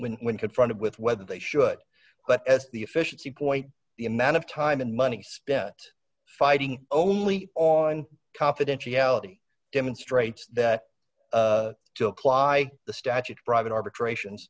when when confronted with whether they should but as the efficiency quite the amount of time and money spent fighting only on d confidentiality demonstrates that joke lie the statute brought in arbitration